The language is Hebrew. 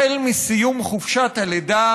החל מסיום חופשת הלידה